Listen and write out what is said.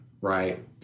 Right